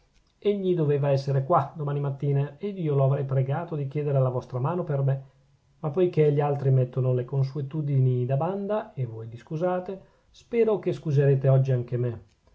castelnuovo egli doveva esser qua domattina ed io lo avrei pregato di chiedere la vostra mano per me ma poichè gli altri mettono le consuetudini da banda e voi li scusate spero che scuserete oggi anche me